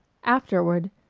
afterward,